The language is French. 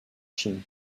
chine